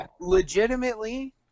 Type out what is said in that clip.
legitimately